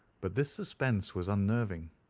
but this suspense was unnerving.